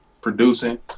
producing